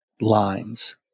lines